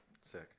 Sick